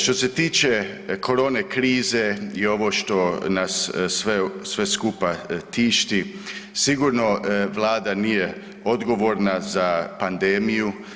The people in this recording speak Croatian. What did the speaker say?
Što se tiče korone krize i ovo što nas sve skupa tišti sigurno Vlada nije odgovorna za pandemiju.